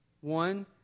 One